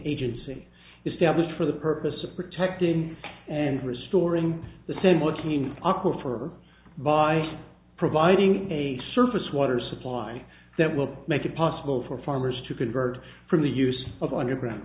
agency established for the purpose of protecting and restoring the said marking aco for by providing a surface water supply that will make it possible for farmers to convert from the use of underground